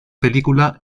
película